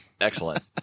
Excellent